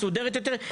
מסודרת יותר.